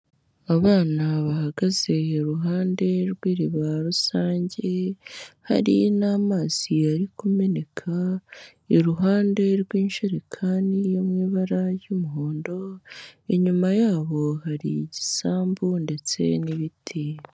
Abana bahagaze iruhande rw'iriba rusange, hari n'amazi ari kumeneka iruhande rw'injerekani yo mu ibara ry'umuhondo, inyuma yabo hari igisambu ndetse n'ibiti.